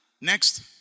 next